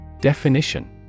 Definition